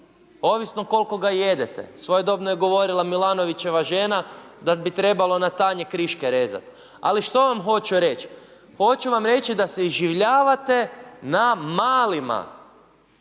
Ovisno koliko ga jedete. Svojedobno je govorila milanovićeva žena da bi trebalo na tanje kriške rezati. Ali što vam hoću reći? Hoću vam reći da se iživljavate na malima.